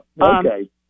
Okay